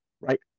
right